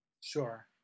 Sure